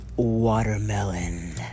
Watermelon